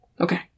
Okay